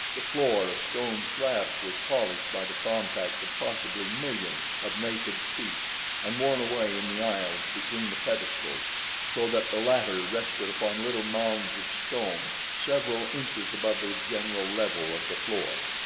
the floor of stone slabs was polished by the contact of possibly millions of naked feet and worn away in the aisles between the pedestals so that the latter rested upon little mounds of stone several inches above the general level of the floor.